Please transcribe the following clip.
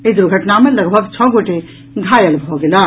एहि दुर्घटना मे लगभग छओ गोटे घायल भऽ गेलाह